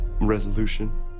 resolution